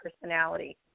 personality